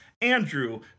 andrew